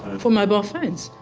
for mobile phones?